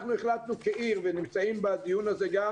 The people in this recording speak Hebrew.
אנחנו בעיר שלנו החלטנו ונמצא בדיון הזה גם